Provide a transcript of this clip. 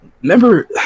Remember